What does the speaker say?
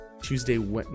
Tuesday